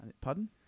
Pardon